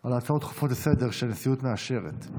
על הצעות דחופות לסדר-היום שהנשיאות מאשרת.